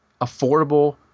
affordable